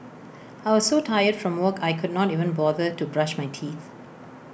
I was so tired from work I could not even bother to brush my teeth